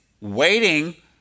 waiting